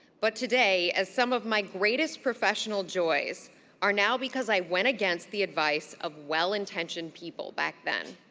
but today, as some of my greatest professional joys are now because i went against the advice of well-intentioned people back then.